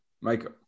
Michael